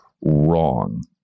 wrong